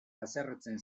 haserretzen